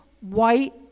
white